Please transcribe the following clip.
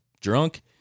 drunk